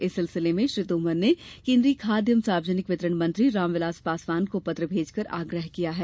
इस सिलसिले में श्री तोमर ने केन्द्रीय खाद्य एवं सार्वजनिक वितरण मंत्री रामविलास पासवान को पत्र भेजकर आग्रह किया है